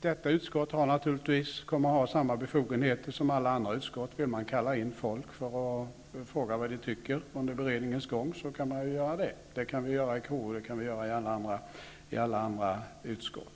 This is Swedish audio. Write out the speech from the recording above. Detta utskott kommer naturligtvis att ha samma befogenheter som alla andra utskott. Vill man under beredningens gång kalla in folk för att fråga vad de tycker, kan man göra det. Det kan vi göra i KU, och det kan man göra i alla andra utskott.